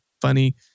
funny